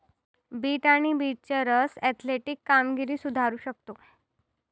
bit आणि बीटचा रस ऍथलेटिक कामगिरी सुधारू शकतो